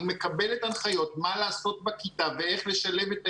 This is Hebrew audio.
היא מקבלת הנחיות מה לעשות בכיתה ואיך לשלב את הילד.